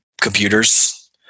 computers